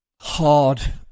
hard